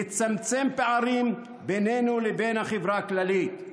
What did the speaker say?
שיצמצם פערים בינינו לבין החברה הכללית.